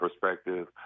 perspective